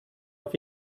auf